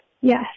Yes